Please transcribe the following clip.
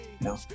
no